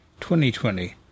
2020